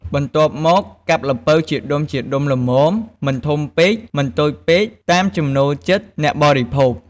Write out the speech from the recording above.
បន្ទាប់មក កាប់ល្ពៅជាដុំៗល្មម មិនធំពេក មិនតូចពេក តាមចំណូលចិត្តអ្នកបរិភោគ។